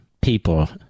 people